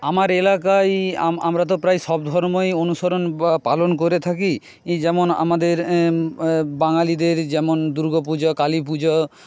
আমার এলাকায় আমরা তো প্রায় সব ধর্মই অনুসরণ বা পালন করে থাকি যেমন আমাদের বাঙালিদের যেমন দুর্গা পুজো কালী পুজো